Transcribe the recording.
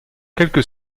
quelque